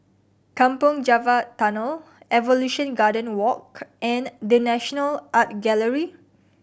Kampong Java Tunnel Evolution Garden Walk and The National Art Gallery